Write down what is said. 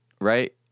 right